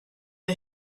the